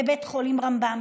בבית חולים רמב"ם,